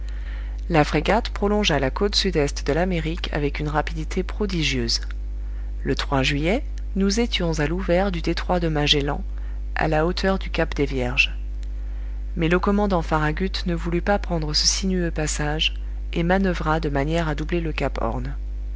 la frégate prolongea la côte sud-est de l'amérique avec une rapidité prodigieuse le juillet nous étions à l'ouvert du détroit de magellan à la hauteur du cap des vierges mais le commandant farragut ne voulut pas prendre ce sinueux passage et manoeuvra de manière à doubler le cap horn